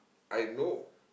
I know